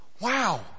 wow